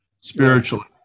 spiritually